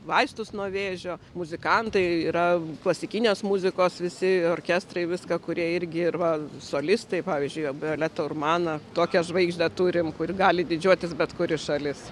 vaistus nuo vėžio muzikantai yra klasikinės muzikos visi orkestrai viską kurie irgi arba solistai pavyzdžiui violeta urmana tokią žvaigždę turim kur gali didžiuotis bet kuri šalis